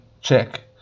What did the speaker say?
check